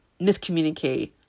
miscommunicate